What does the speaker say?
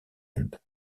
end